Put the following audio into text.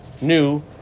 new